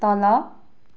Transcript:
तल